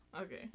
Okay